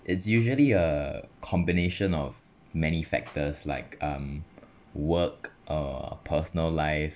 it's usually a combination of many factors like um work uh personal life